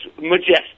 majestic